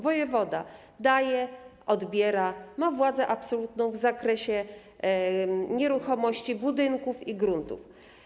Wojewoda daje, odbiera, ma władzę absolutną w zakresie nieruchomości, budynków i gruntów.